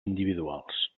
individuals